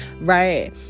right